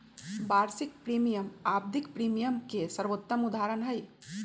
वार्षिक प्रीमियम आवधिक प्रीमियम के सर्वोत्तम उदहारण हई